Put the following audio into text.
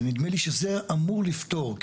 ונדמה לי שזה אמור לפתור.